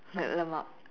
lmao